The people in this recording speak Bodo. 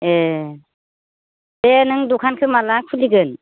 एह दे नों दखानखौ माला खुलिगोन